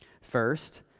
First